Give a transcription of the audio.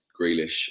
Grealish